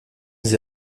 sie